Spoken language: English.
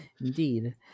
Indeed